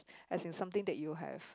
as in something that you have